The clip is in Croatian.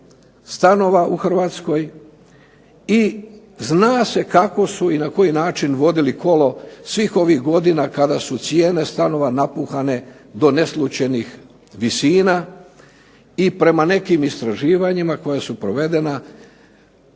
stanova u Hrvatskoj i zna se kako su i na koji način vodili kolo svih ovih godina kada su cijene stanova napuhane do neslućenih visina. I prema nekim istraživanjima koja su provedena